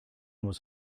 was